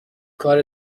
کار